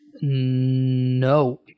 No